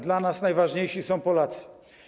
Dla nas najważniejsi są Polacy.